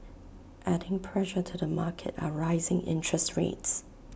adding pressure to the market are rising interest rates